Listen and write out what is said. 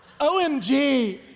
OMG